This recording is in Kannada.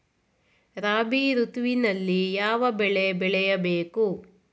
ರಾಬಿ ಋತುವಿನಲ್ಲಿ ಯಾವ ಬೆಳೆ ಬೆಳೆಯ ಬೇಕು?